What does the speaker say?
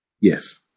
Yes